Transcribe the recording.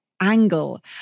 angle